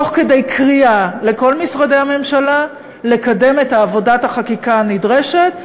תוך כדי קריאה לכל משרדי הממשלה לקדם את עבודת החקיקה הנדרשת.